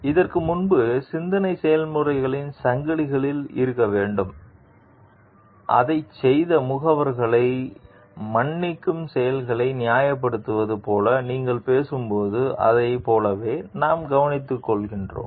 இதற்கு முன்பு சிந்தனை செயல்முறைகளின் சங்கிலி இருக்க வேண்டும் அதைச் செய்த முகவர்களை மன்னிக்கும் செயல்களை நியாயப்படுத்துவது போல நீங்கள் பேசும்போது அதைப் போலவே நாம் கவனித்துக்கொள்கிறோம்